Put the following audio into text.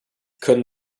können